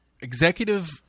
Executive